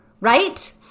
right